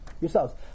yourselves